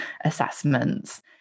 assessments